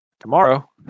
Tomorrow